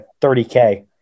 30K